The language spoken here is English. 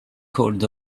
called